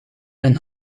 een